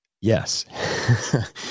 Yes